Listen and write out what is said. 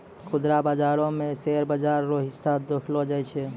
खुदरा बाजारो मे शेयर बाजार रो हिस्सा देखलो जाय छै